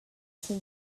sin